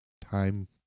time